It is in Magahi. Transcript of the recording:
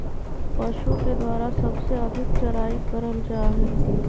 पशु के द्वारा सबसे अधिक चराई करल जा हई